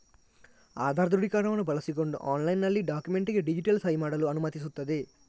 ಆಧಾರ್ ದೃಢೀಕರಣವನ್ನು ಬಳಸಿಕೊಂಡು ಆನ್ಲೈನಿನಲ್ಲಿ ಡಾಕ್ಯುಮೆಂಟಿಗೆ ಡಿಜಿಟಲ್ ಸಹಿ ಮಾಡಲು ಅನುಮತಿಸುತ್ತದೆ